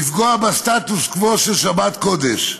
לפגוע בסטטוס קוו של שבת קודש.